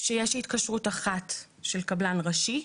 שיש התקשרות אחת של קבלן ראשי,